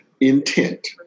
intent